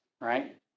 right